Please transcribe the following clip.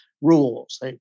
rules